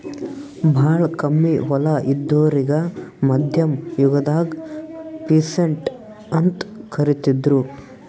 ಭಾಳ್ ಕಮ್ಮಿ ಹೊಲ ಇದ್ದೋರಿಗಾ ಮಧ್ಯಮ್ ಯುಗದಾಗ್ ಪೀಸಂಟ್ ಅಂತ್ ಕರಿತಿದ್ರು